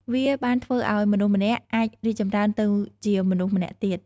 វាបានធ្វើឱ្យមនុស្សម្នាក់អាចរីកចម្រើនទៅជាមនុស្សម្នាក់ទៀត។